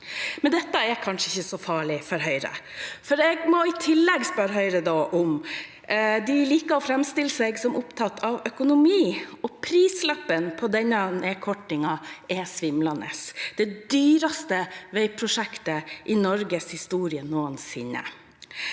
Dette er kanskje ikke så farlig for Høyre, for jeg må da i tillegg spørre Høyre om noe annet. De liker å framstille seg som opptatt av økonomi, og prislappen på denne nedkortingen er svimlende. Det er det dyreste veiprosjektet i Norges historie noensinne.